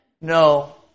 No